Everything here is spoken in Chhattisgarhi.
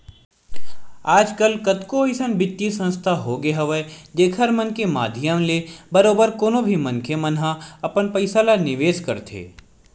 आजकल कतको अइसन बित्तीय संस्था होगे हवय जेखर मन के माधियम ले बरोबर कोनो भी मनखे मन ह अपन पइसा ल निवेस करथे